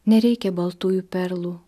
nereikia baltųjų perlų